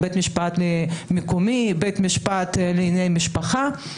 כך גם בית משפט מקומי, בית משפט לענייני משפחה.